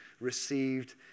received